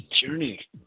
journey